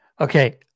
Okay